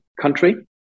country